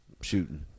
shooting